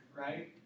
right